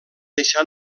deixar